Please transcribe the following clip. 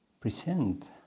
present